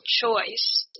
choice